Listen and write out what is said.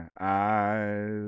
eyes